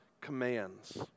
commands